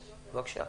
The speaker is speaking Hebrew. בבקשה.